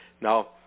Now